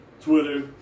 Twitter